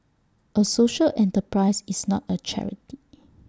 A social enterprise is not A charity